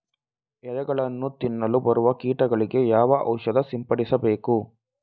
ಎಲೆಗಳನ್ನು ತಿನ್ನಲು ಬರುವ ಕೀಟಗಳಿಗೆ ಯಾವ ಔಷಧ ಸಿಂಪಡಿಸಬೇಕು?